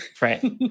Right